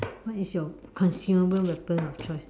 what is your consumable weapon of choice